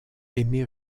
aimé